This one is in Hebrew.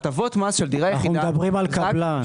הטבות מס של דירה יחידה --- אנחנו מדברים על קבלן.